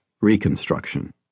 reconstruction